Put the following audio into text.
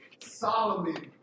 Solomon